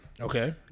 Okay